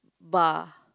bar